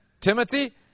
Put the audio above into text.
Timothy